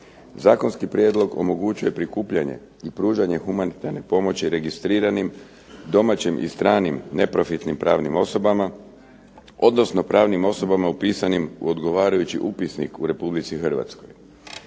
Zakonski prijedlog omogućuje prikupljanje i pružanje humanitarne pomoći registriranim domaćim i stranim neprofitnim pravnim osobama, odnosno pravnim osobama upisanih u odgovarajući upisnik u Republici Hrvatskoj.